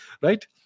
Right